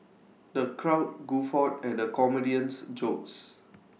the crowd guffawed at the comedian's jokes